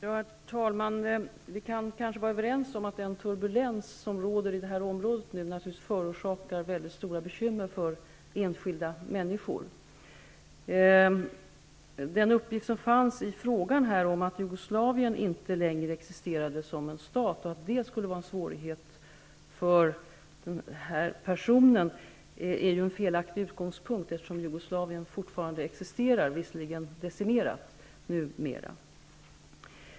Herr talman! Vi kan kanske vara överens om att den turbulens som råder i det aktuella området naturligtvis förorsakar väldigt stora bekymmer för enskilda människor. Den uppgift som finns i frågan, nämligen att Jugoslavien inte längre existerar som stat och att det är en svårighet för den här personen, är en felaktig utgångspunkt. Jugoslavien existerar ju fortfarande -- även om det numera är decimerat.